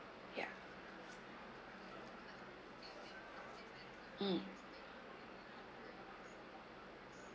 ya mm